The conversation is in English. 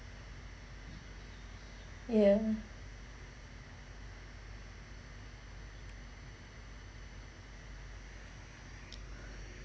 ya